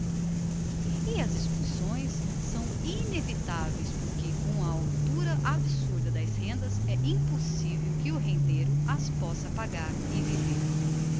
as expulsões são inevitaveis porque com a altura absurda das rendas é impossivel que o rendeiro as possa pagar e viver